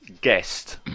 guest